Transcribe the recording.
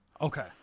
Okay